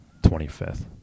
25th